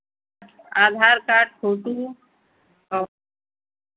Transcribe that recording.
आधार card photo और